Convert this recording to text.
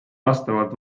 vastavalt